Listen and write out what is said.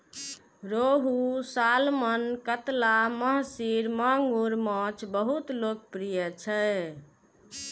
रोहू, सालमन, कतला, महसीर, मांगुर माछ बहुत लोकप्रिय छै